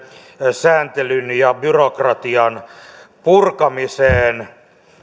sääntelyn ja byrokratian purkamiseen